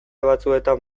batzuetan